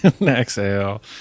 Exhale